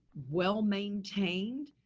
well maintained,